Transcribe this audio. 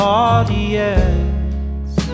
audience